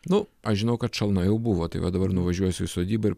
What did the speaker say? nu aš žinau kad šalna jau buvo tai va dabar nuvažiuosiu sodybą ir